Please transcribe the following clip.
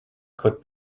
could